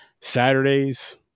Saturdays